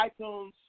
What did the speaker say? iTunes